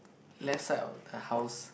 left side of the house